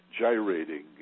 gyrating